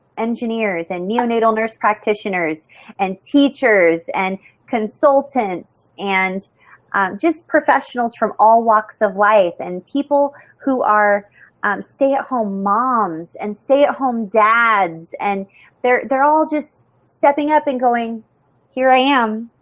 engineers and neonatal nurse practitioners and teachers and consultants and just professionals from all walks of life and people who are stay at home moms and stay at home dads and they're they're all just stepping up and going here i am.